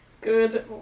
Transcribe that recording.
Good